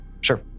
Sure